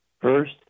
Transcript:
First